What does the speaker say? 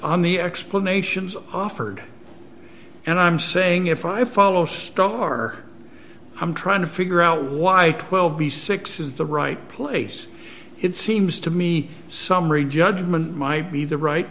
on the explanations offered and i'm saying if i follow star i'm trying to figure out why twelve b six is the right place it seems to me summary judgment might be the right